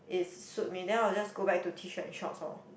is suit me then I will just go back to T-shirt and shorts lor